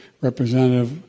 Representative